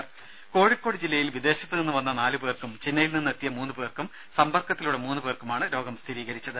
ദേദ കോഴിക്കോട് ജില്ലയിൽ വിദേശത്ത് നിന്ന് വന്ന നാലുപേർക്കും ചെന്നൈയിൽ നിന്നെത്തിയ മൂന്ന് പേർക്കും സമ്പർക്കത്തിലൂടെ മൂന്ന് പേർക്കുമാണ് രോഗം സ്ഥിരീകരിച്ചത്